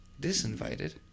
disinvited